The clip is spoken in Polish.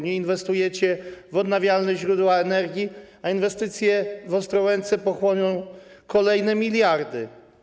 Nie inwestujecie w odnawialne źródła energii, a inwestycje w Ostrołęce pochłoną kolejne miliardy.